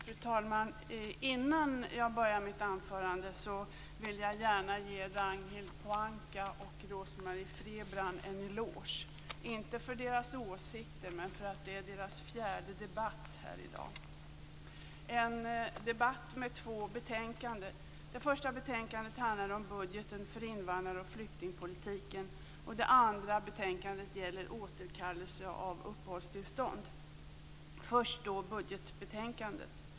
Fru talman! Innan jag börjar mitt anförande vill jag gärna ge Ragnhild Pohanka och Rose-Marie Frebran en eloge, inte för deras åsikter men för att detta är deras fjärde debatt här i dag. Det är en debatt med anledning av två betänkanden. Det första betänkandet handlar om budgeten för invandrar och flyktingpolitiken och det andra gäller återkallelse av uppehållstillstånd. Jag tar först upp budgetbetänkandet.